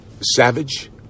savage